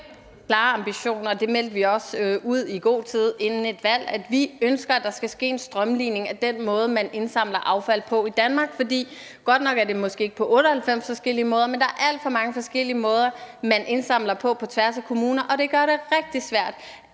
det meldte vi også ud i god tid inden valget – at vi ønsker, at der skal ske en strømlining af den måde, man indsamler affald på i Danmark. For godt nok sker det måske ikke på 98 forskellige måder, men der er alt for mange forskellige måder, man indsamler på, på tværs af kommuner, og det gør det rigtig svært